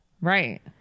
Right